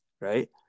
Right